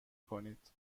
کنید